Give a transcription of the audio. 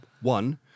one